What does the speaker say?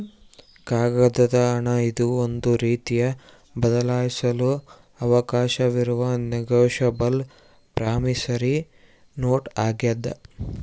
ಕಾಗದದ ಹಣ ಇದು ಒಂದು ರೀತಿಯ ಬದಲಾಯಿಸಲು ಅವಕಾಶವಿರುವ ನೆಗೋಶಬಲ್ ಪ್ರಾಮಿಸರಿ ನೋಟ್ ಆಗ್ಯಾದ